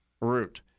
root